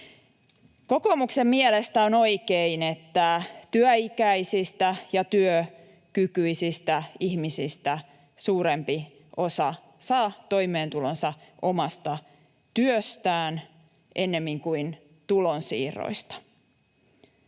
Kokoomuksen mielestä on oikein, että työikäisistä ja työkykyisistä ihmisistä suurempi osa saa toimeentulonsa omasta työstään ennemmin kuin tulonsiirroista.